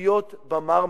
להיות ב"מרמרה",